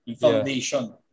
foundation